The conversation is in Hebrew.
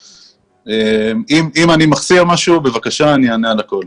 אם אני מחסיר משהו, בבקשה, אני אענה על הכול.